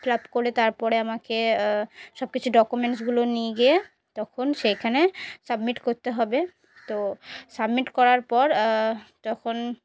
feel up করে তারপরে আমাকে সব কিছু ডকুমেন্টসগুলো নিয়ে গিয়ে তখন সেইখানে সাবমিট করতে হবে তো সাবমিট করার পর তখন